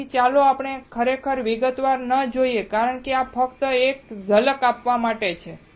તેથી ચાલો આપણે ખરેખર વિગતવાર ન જઈએ કારણ કે આ ફક્ત તમને એક ઝલક આપવા માટે છે